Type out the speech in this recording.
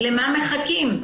למה מחכים?